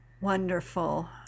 Wonderful